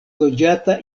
loĝata